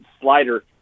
slider